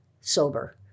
sober